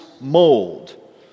mold